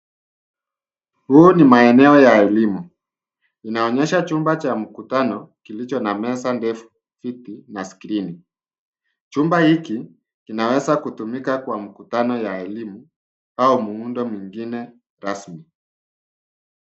Huu ni maeneo ya elimu. Inaonyesha chumba cha mkutano kilicho na meza ndefu, viti na skrini. Chumba hiki kinaweza kutumika kwa mkutano ya elimu au muundo mwingine rasmi.